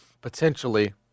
potentially